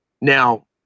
Now